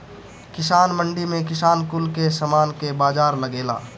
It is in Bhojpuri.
किसान मंडी में किसान कुल के समान के बाजार लगेला